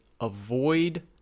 avoid